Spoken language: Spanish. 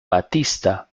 batista